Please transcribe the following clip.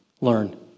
learn